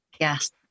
Yes